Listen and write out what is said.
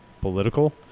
political